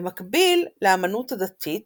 במקביל לאמנות הדתית